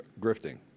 grifting